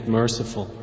merciful